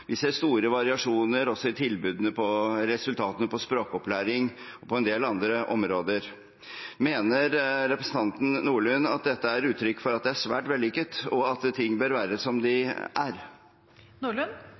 Vi ser store variasjoner også i resultatene på språkopplæring og på en del andre områder. Mener representanten Nordlund at dette er uttrykk for at det er «svært vellykket», og at ting bør være som